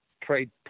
trade